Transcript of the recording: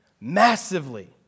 Massively